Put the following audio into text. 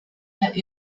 der